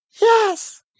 Yes